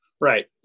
Right